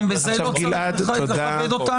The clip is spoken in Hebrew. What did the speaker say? גם בזה לא צריך לכבד אותנו?